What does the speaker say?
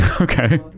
okay